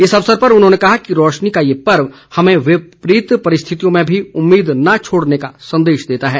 इस अवसर पर उन्होंने कहा कि रोशनी का ये पर्व हमें विपरीत परिस्थितियों में भी उम्मीद न छोड़ने का संदेश देता है